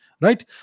Right